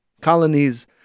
colonies